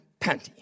Panty